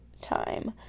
time